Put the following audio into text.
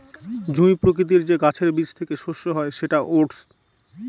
জুঁই প্রকৃতির যে গাছের বীজ থেকে শস্য হয় সেটা ওটস